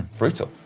brutal.